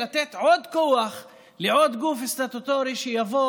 לתת עוד כוח לעוד גוף סטטוטורי שיבוא